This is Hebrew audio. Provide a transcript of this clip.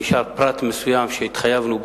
נשאר פרט מסוים שהתחייבנו,